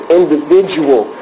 individual